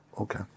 Okay